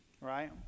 right